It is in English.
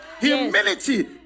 Humility